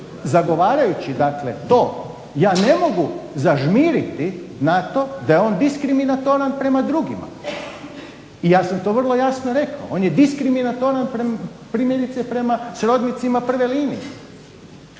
zagovarajući, dakle to ja ne mogu zažmiriti na to da je on diskriminatoran prema drugima. I ja sam to vrlo jasno rekao. On je diskriminatoran primjerice prema srodnicima prve linije,